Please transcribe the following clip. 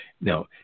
Now